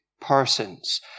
persons